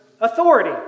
authority